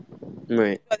Right